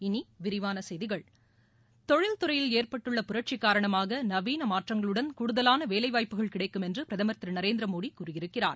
இனி விரிவான செய்திகள் தொழில்துறை ஏற்பட்டுள்ள புரட்சி காரணமாக நவீன மாற்றங்களுடன் கூடுதலான வேலைவாய்ப்புகள் கிடைக்கும் என்று பிரதம் திரு நரேந்திரமோடி கூறியிருக்கிறார்